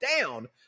down